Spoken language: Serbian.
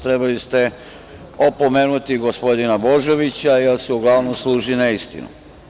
Trebali ste opomenuti gospodina Božovića, jer se uglavnom služi neistinama.